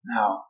Now